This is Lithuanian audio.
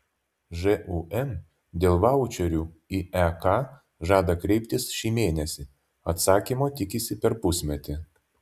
žūm dėl vaučerių į ek žada kreiptis šį mėnesį atsakymo tikisi per pusmetį